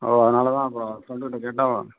ஓ அதனால தான் இப்போது ஃப்ரெண்டு கிட்டே கேட்டால்